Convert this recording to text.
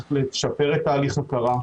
צריך לשפר את תהליך ההכרה,